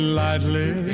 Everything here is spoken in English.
lightly